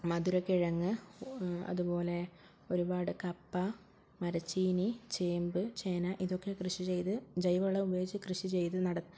മധുരക്കിഴങ്ങ് അതുപോലെ ഒരുപാട് കപ്പ മരച്ചീനി ചേമ്പ് ചേന ഇതൊക്കെ കൃഷി ചെയ്ത് ജൈവവളം ഉപയോഗിച്ച് കൃഷിചെയ്ത് നട